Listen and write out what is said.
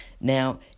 Now